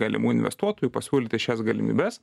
galimų investuotojų pasiūlyti šias galimybes